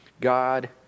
God